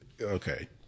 okay